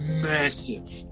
massive